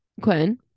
Quinn